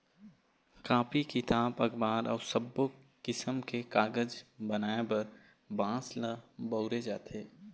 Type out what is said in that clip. copy, किताब, अखबार अउ सब्बो किसम के कागज बनाए बर बांस ल बउरे जाथे